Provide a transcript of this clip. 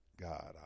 God